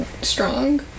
strong